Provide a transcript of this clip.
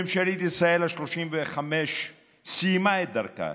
ממשלת ישראל השלושים-וחמש סיימה את דרכה,